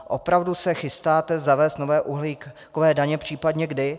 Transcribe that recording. Opravdu se chystáte zavést nové uhlíkové daně, případně kdy?